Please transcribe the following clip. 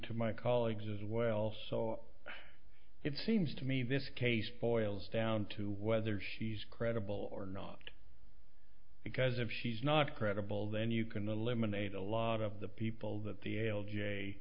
to my colleagues as well so it seems to me this case boils down to whether she's credible or not because if she's not credible then you can eliminate a lot of the people that the l j